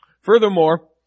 Furthermore